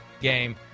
game